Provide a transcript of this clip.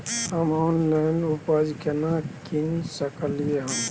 हम ऑनलाइन बीज केना कीन सकलियै हन?